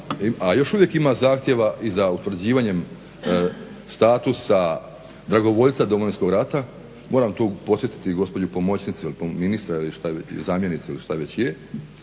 a još uvijek ima zahtjeva i za utvrđivanjem statusa dragovoljca Domovinskog rata. Moram tu podsjetiti gospođu pomoćnicu ministrica, zamjenicu ili šta već je,